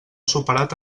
superat